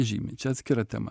žymi čia atskira tema